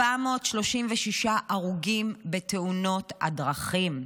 436 הרוגים בתאונות הדרכים,